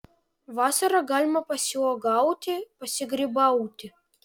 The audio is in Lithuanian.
vasarą galima pasiuogauti pasigrybauti